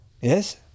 Yes